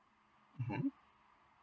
(uh huh)